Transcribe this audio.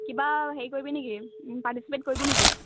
কিবা হেৰি কৰিবি নেকি পাৰ্টিচিপেট কৰিবি নেকি